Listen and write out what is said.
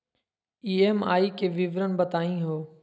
EMI के विवरण बताही हो?